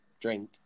drink